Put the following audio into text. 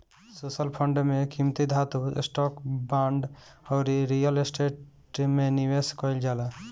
social fund में कीमती धातु, स्टॉक, बांड अउरी रियल स्टेट में निवेश कईल जाला